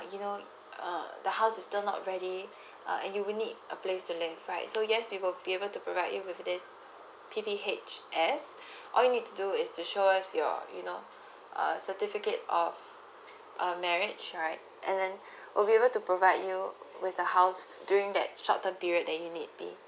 you know uh the house is still not ready uh you will need a place to live right so yes we will be able to provide you with this P_P_H as all you need to do is to sure if your you know uh certificate of marriage right and then we'll be able to provide you with the house during that shorter period that you need to be